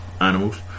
animals